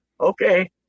okay